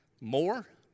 more